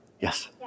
Yes